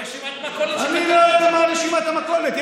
רשימת המכולת שאתם, אני לא יודע מה רשימת המכולת.